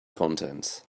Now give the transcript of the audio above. contents